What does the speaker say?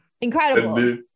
Incredible